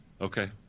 okay